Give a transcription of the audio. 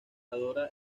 adora